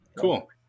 cool